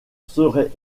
seraient